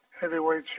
Heavyweight